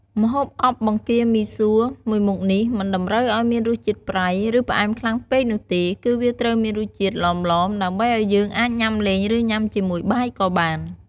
ម្ហូបអប់បង្គាមីសួរមួយមុខនេះ មិនតម្រូវឲ្យមានរសជាតិប្រៃ ឬ ផ្អែមខ្លាំងពេកនោះទេ គឺវាត្រូវមានរសជាតិឡមៗ ដើម្បីឱ្យយើងអាចញុំាលេង ឬញុំាជាមួយបាយក៏បាន។